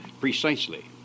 Precisely